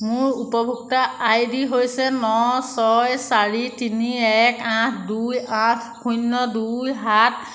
মোৰ উপভোক্তা আইডি হৈছে ন ছয় চাৰি তিনি এক আঠ দুই আঠ শূন্য দুই সাত